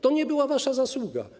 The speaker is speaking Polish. To nie była wasza zasługa.